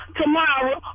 tomorrow